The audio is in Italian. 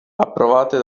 approvate